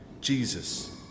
Jesus